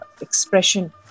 expression